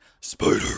spider